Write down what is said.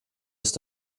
ist